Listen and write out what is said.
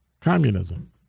communism